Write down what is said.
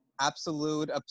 absolute